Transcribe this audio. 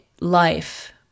life